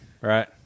right